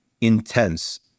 intense